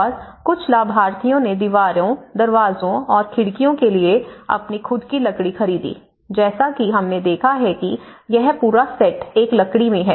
और कुछ लाभार्थियों ने दीवारों दरवाजों और खिड़कियों के लिए अपनी खुद की लकड़ी खरीदी जैसा कि हमने देखा है कि यह पूरा सेट एक लकड़ी में है